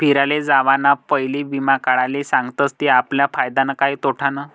फिराले जावाना पयले वीमा काढाले सांगतस ते आपला फायदानं का तोटानं